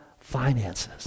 finances